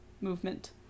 movement